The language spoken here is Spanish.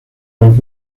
los